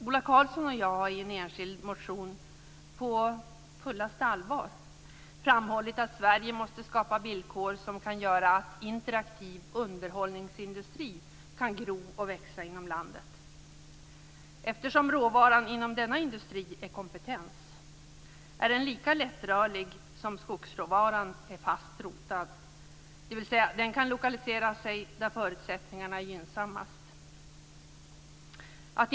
Ola Karlsson och jag har i en enskild motion på fullaste allvar framhållit att Sverige måste skapa villkor som kan göra att interaktiv underhållningsindustri kan gro och växa inom landet. Eftersom råvaran inom denna industri är kompetens, är den lika lättrörlig som skogsråvaran är fast rotad, dvs. den kan lokalisera sig där förutsättningarna är gynnsammast.